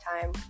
time